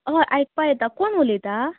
हय आयकपा येता कोण उलयता